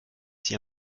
sie